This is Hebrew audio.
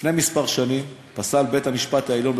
לפני כמה שנים פסל בית-המשפט העליון,